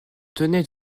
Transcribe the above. tenais